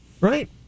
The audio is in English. right